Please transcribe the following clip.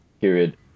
period